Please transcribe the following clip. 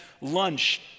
lunch